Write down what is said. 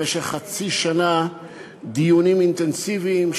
במשך חצי שנה דיונים אינטנסיביים,